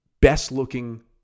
best-looking